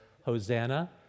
hosanna